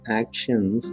actions